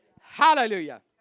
Hallelujah